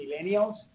millennials